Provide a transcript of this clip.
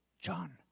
John